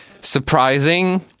surprising